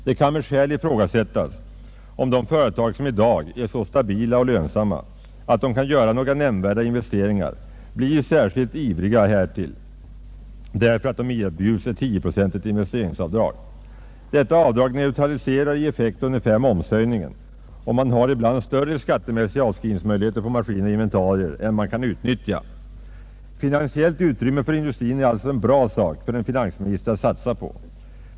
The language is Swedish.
Det kan med skäl ifrågasättas om de företag som i dag är så stabila och lönsamma att de kan göra några nämnvärda investeringar blir särskilt ivriga härtill därför att de erbjuds ett 10-procentigt investeringsavdrag. Detta avdrag neutraliserar i effekt ungefär momshöjningen, och man har ibland större skattemässiga avskrivningsmöjligheter på maskiner och inventarier än man kan utnyttja. Finansiellt utrymme för industrin är alltid en bra sak för en finansminister att satsa på.